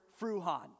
Fruhan